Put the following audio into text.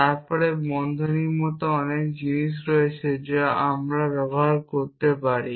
তারপরে বন্ধনীর মতো অন্যান্য জিনিস রয়েছে যা আমরা ব্যবহার করতে পারি